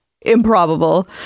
improbable